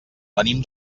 venim